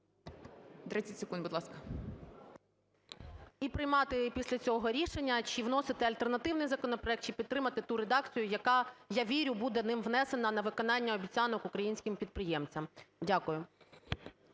…і приймати після цього рішення, чи вносити альтернативний законопроект, чи підтримувати ту редакцію, яка, я вірю, буде ним внесена на виконання обіцянок українським підприємцям. Дякую.